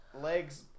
legs